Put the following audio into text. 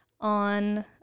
on